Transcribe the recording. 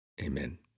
Amen